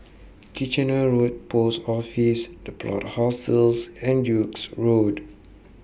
Kitchener Road Post Office The Plot Hostels and Duke's Road